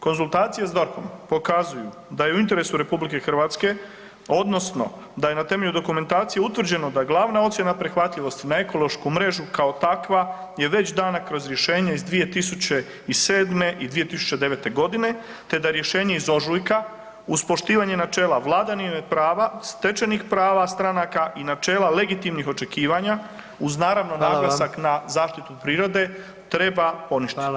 Konzultacije s DORH-om pokazuju da je u interesu RH odnosno da je na temelju dokumentacije utvrđeno da glavna ocjena prihvatljivosti na ekološku mrežu kao takva je već dana kroz rješenje iz 2007. i 2009.g., te da rješenje iz ožujka uz poštivanje načela vladavine prava, stečenih prava stranaka i načela legitimnih očekivanja, uz naravno [[Upadica: Hvala vam]] naglasak na zaštitu prirode treba poništiti.